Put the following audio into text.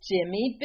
Jimmy